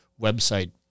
website